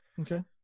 Okay